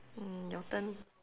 mm your turn